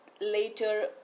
later